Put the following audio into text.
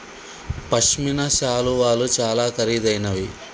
పశ్మిన శాలువాలు చాలా ఖరీదైనవి